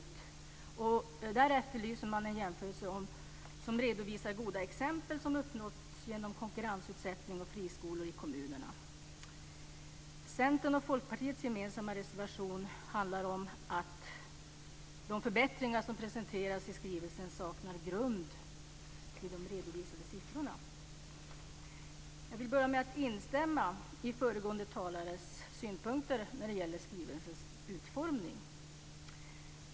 Där efterlyser man en jämförelse som redovisar goda exempel som uppnåtts genom konkurrensutsättning och fler friskolor i kommunerna. Centerns och Folkpartiets gemensamma reservation handlar om att de förbättringar som presenteras i skrivelsen saknar grund i de redovisade siffrorna. Jag vill börja med att instämma i föregående talares synpunkter när det gäller skrivelsens utformning.